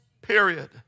period